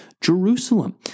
Jerusalem